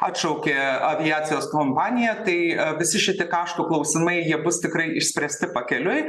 atšaukė aviacijos kompanija tai visi šiti kaštų klausimai jie bus tikrai išspręsti pakeliui